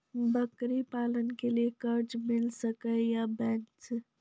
बकरी पालन के लिए कर्ज मिल सके या बैंक से?